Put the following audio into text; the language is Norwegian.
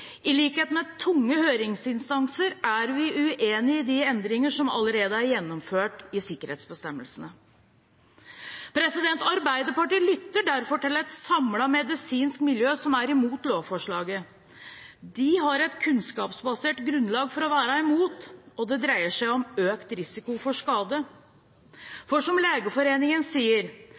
I likhet med tunge høringsinstanser er vi uenige i de endringer som allerede er gjennomført i sikkerhetsbestemmelsene. Arbeiderpartiet lytter derfor til et samlet medisinsk miljø som er imot lovforslaget. De har et kunnskapsbasert grunnlag for å være imot, og det dreier seg om økt risiko for skade. Som Legeforeningen sier: